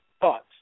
thoughts